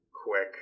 Quick